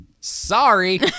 Sorry